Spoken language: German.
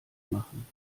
machen